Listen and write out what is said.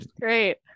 Great